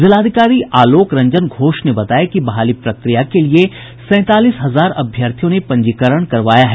जिलाधिकारी आलोक रंजन घोष ने बताया कि बहाली प्रक्रिया के लिए सैंतालीस हजार अभ्यर्थियों ने पंजीकरण करवाया है